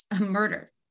Murders